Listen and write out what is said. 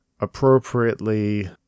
appropriately